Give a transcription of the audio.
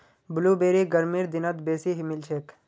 blueberry गर्मीर दिनत बेसी मिलछेक